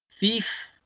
Thief